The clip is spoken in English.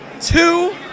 two